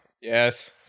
Yes